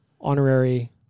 Honorary